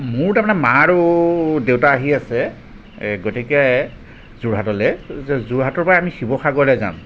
মোৰ তাৰমানে মা আৰু দেউতা আহি আছে গতিকে যোৰহাটলৈ যোৰহাটৰপৰা আমি শিৱসাগৰলৈ যাম